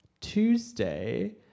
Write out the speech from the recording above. Tuesday